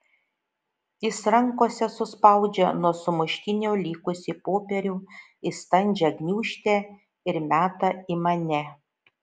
jis rankose suspaudžia nuo sumuštinio likusį popierių į standžią gniūžtę ir meta į mane